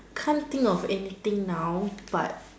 can't think of anything now but